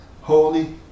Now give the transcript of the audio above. holy